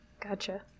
Gotcha